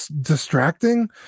distracting